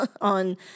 on